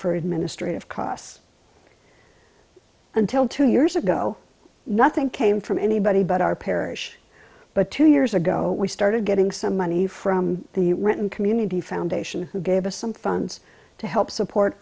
for administrative costs until two years ago nothing came from anybody but our parish but two years ago we started getting some money from the written community foundation who gave us some funds to help support